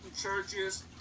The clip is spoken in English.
churches